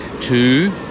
Two